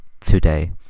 today